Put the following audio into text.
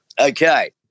Okay